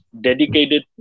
dedicated